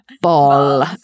ball